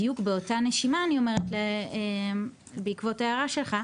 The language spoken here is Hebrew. בדיוק באותה נשימה אני אומרת בעקבות ההערה שלך,